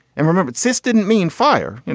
and remember, persistent mean fire. and